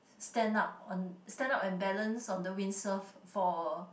stand up on stand up and balance on the windsurf for